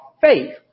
faith